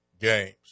games